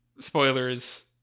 spoilers